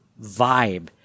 vibe